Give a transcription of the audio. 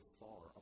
far